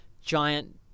giant